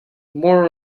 more